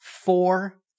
four